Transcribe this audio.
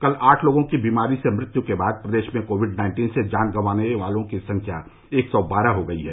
कल आठ लोगों की बीमारी से मृत्यु के साथ प्रदेश में कोविड नाइन्टीन से जान गंवाने वालों की संख्या एक सौ बारह हो गई है